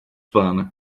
pan